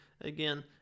again